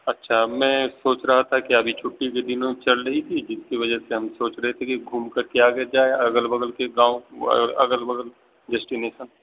اچھا میں سوچ رہا تھا کہ ابھی چھٹی کے دنوں چل رہی تھی جس کی وجہ سے ہم سوچ رہے تھے کہ گھوم کر کے آ کے جائے اگل بغل کے گاؤں اگل بغل ڈسٹنیشن